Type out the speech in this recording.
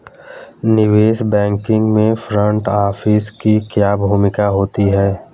निवेश बैंकिंग में front office की क्या भूमिका होती है?